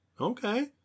Okay